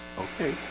okay